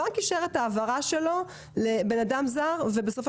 הבנק אישר את ההעברה שלו לבן אדם זר ובסופו